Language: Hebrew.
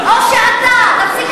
או שאתה תפסיק להיות קולוניאליסט.